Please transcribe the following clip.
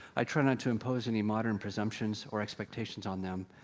i try not to impose any modern presumptions, or expectations on them,